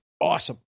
awesome